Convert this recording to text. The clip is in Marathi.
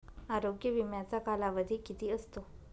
आरोग्य विम्याचा कालावधी किती असतो?